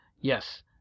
Yes